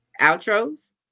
outros